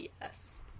yes